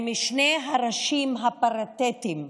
עם שני הראשים הפריטטיים,